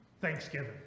Thanksgiving